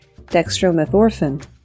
dextromethorphan